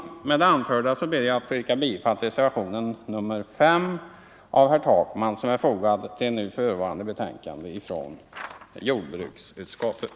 Med det anförda ber jag att få yrka bifall till reservationen 5 av herr Takman, fogad till nu förevarande betänkande från jordbruksutskottet.